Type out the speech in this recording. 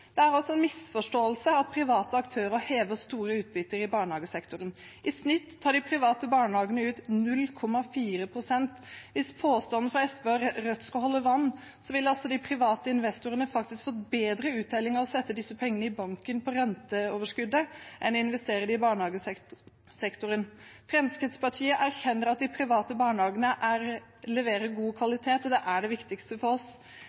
Det er en misforståelse at private aktører hever store utbytter i barnehagesektoren. I snitt tar de private barnehagene ut 0,4 pst. Hvis påstanden fra SV og Rødt skal holde vann, ville altså de private investorene fått bedre uttelling av å sette disse pengene i banken og få renteoverskuddet enn av å investere dem i barnehagesektoren. Fremskrittspartiet erkjenner at de private barnehagene leverer god kvalitet, og det er det viktigste for oss.